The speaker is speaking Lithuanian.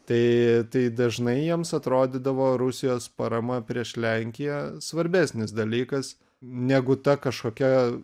tai tai dažnai jiems atrodydavo rusijos parama prieš lenkiją svarbesnis dalykas negu ta kažkokia